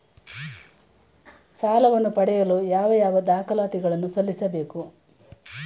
ಸಾಲವನ್ನು ಪಡೆಯಲು ಯಾವ ಯಾವ ದಾಖಲಾತಿ ಗಳನ್ನು ಸಲ್ಲಿಸಬೇಕು?